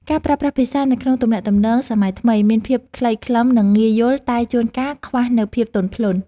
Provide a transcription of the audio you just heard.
ការប្រើប្រាស់ភាសានៅក្នុងទំនាក់ទំនងសម័យថ្មីមានភាពខ្លីខ្លឹមនិងងាយយល់តែជួនកាលខ្វះនូវភាពទន់ភ្លន់។